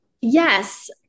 yes